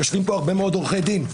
יושבים פה הרבה מאוד עורכי דין.